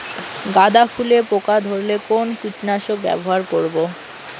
গাদা ফুলে পোকা ধরলে কোন কীটনাশক ব্যবহার করব?